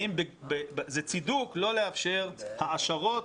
האם זה צידוק לא לאפשר העשרות